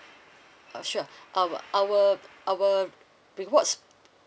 uh sure uh our our rewards